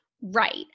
Right